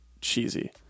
cheesy